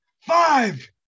five